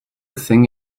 thing